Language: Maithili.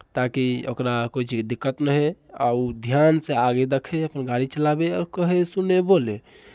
ताकि ओकरा कोइ चीजके दिक्कत नहि होय आ ओ ध्यानसँ आगे देखय अपन गाड़ी चलाबै आओर कहय सुनय बोलय